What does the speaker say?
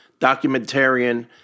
documentarian